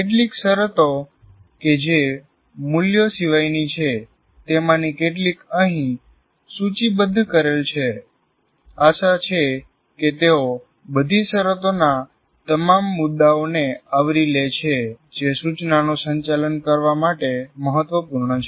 કેટલીક શરતો કે જે મૂલ્યો સિવાયની છે તેમાની કેટલીક અહીં સૂચિબદ્ધ કરેલ છે આશા છે કે તેઓ બધી શરતોના તમામ મુદ્દાઓને આવરી લે છે જે સૂચનાનું સંચાલન કરવા માટે મહત્વપૂર્ણ છે